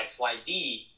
XYZ